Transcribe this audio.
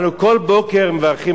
אנחנו כל בוקר מברכים,